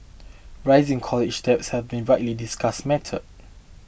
rising college debt has been a widely discussed matter